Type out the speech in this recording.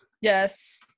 Yes